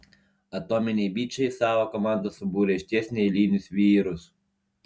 atominiai bičai į savo komandą subūrė išties neeilinius vyrus